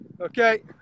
okay